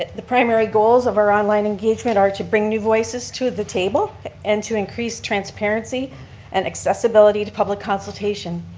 ah the primary goals of our online engagement are to bring new voices to the table and to increase transparency and accessibility to public consultation.